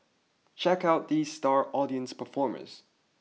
check out these star audience performers